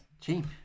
cheap